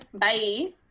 Bye